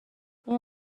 این